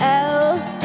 else